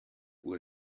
uhr